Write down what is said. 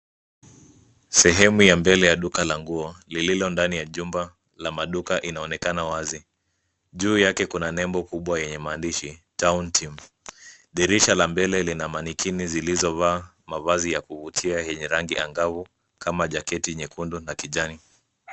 Sehemu ya mbele ya duka la nguo lililo ndani ya jumba la maduka inaonekana wazi, juu yake kuna nembo kubwa yenye maandishi Town Team dirishi la mbele lina mannequin zilizo vaa mavazi ya kuvutia yenye rangi angavo kama jaketi nyekundu na kijani.